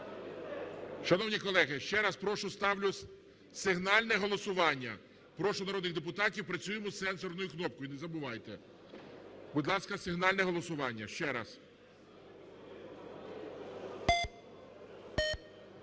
Шановні колеги, ще раз прошу, ставлю сигнальне голосування. Прошу народних депутатів, працюємо із сенсорною кнопкою, не забувайте. Будь ласка, сигнальне голосування, ще раз.